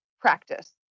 practice